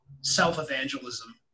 self-evangelism